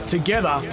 Together